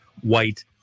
white